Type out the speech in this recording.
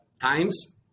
times